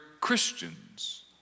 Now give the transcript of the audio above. Christians